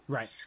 Right